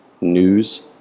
news